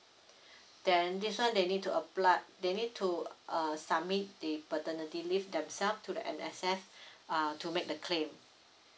then this one they need to applied they need to uh submit the paternity leave themselves to the M_S_F uh to make the claim